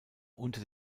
unter